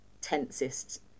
tensest